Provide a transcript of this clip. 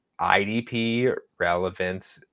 IDP-relevant